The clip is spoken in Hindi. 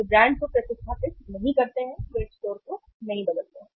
वे ब्रांड को प्रतिस्थापित नहीं करते हैं वे स्टोर को नहीं बदलते हैं